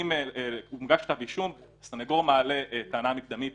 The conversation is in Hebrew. מוגש כתב אישום, הסנגור מעלה טענה מקדמית